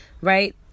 Right